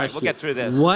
um we'll get through this.